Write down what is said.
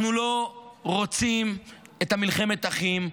אנחנו לא רוצים מלחמת אחים.